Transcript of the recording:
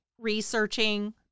researching